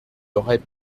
aurait